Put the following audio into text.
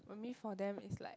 maybe for them it's like